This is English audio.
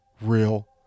real